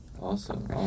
awesome